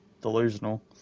delusional